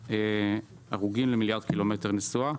הרוגים למיליארד קילומטר נסועה,